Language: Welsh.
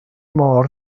mor